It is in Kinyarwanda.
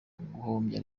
guhombya